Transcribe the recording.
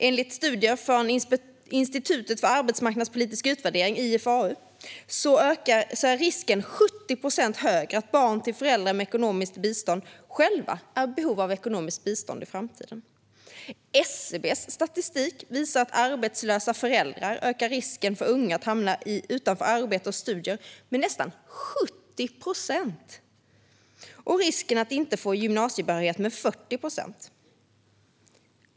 Enligt studier från Institutet för arbetsmarknadspolitisk utvärdering, IFAU, är risken 70 procent högre att barn till föräldrar med ekonomiskt bistånd själva är i behov av ekonomiskt bistånd i framtiden. SCB:s statistik visar att arbetslösa föräldrar ökar risken för unga att hamna utanför arbete och studier med nästan 70 procent och risken att inte få gymnasiebehörighet med 40 procent.